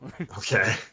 Okay